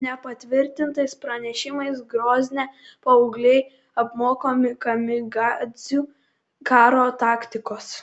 nepatvirtintais pranešimais grozne paaugliai apmokomi kamikadzių karo taktikos